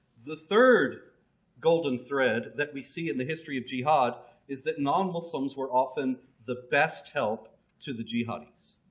the third golden thread that we see in the history of jihad is that non-muslims were often the best help to the jihadis,